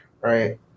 right